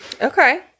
Okay